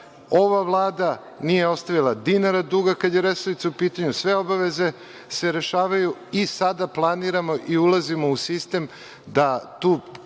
ova Vlada nije ostavila dinara duga kada je „Resavica“ u pitanju. Sve obaveze se rešavaju i sada planiramo i ulazimo u sistem da tu